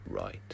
right